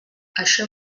això